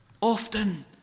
Often